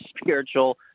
spiritual